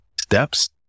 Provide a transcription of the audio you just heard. steps